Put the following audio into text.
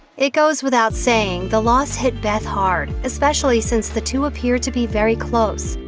it goes without saying the loss hit beth hard, especially since the two appeared to be very close.